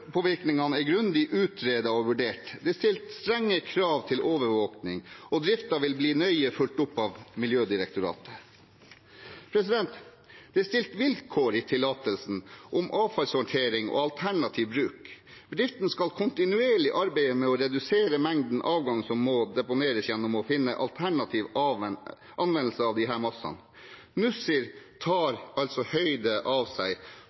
Miljøpåvirkningene er grundig utredet og vurdert. Det er stilt strenge krav til overvåkning, og driften vil bli nøye fulgt opp av Miljødirektoratet. Det er stilt vilkår i tillatelsen om avfallshåndtering og alternativ bruk. Bedriften skal kontinuerlig arbeide med å redusere mengden avgangmasse som må deponeres, gjennom å finne alternativ anvendelse av disse massene. Nussir